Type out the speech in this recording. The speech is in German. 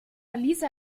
lisa